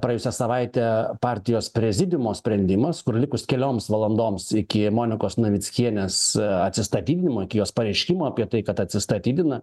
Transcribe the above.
praėjusią savaitę partijos prezidiumo sprendimas likus kelioms valandoms iki monikos navickienės atsistatydinimo iki jos pareiškimo apie tai kad atsistatydina